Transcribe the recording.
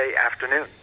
afternoon